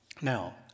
Now